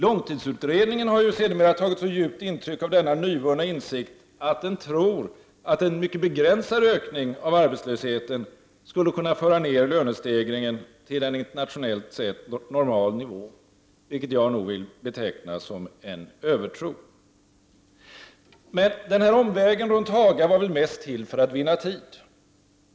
Långtidsutredningen har ju sedermera tagit så djupt intryck av denna nyvunna insikt att den tror att en mycket begränsad ökning av arbetslösheten skulle kunna föra ned lönestegringen till en internationellt sett normal nivå, vilket jag nog vill beteckna som en övertro. Men omvägen runt Haga var väl mest till för att vinna tid.